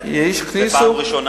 זו פעם ראשונה?